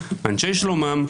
אנשי שלומם,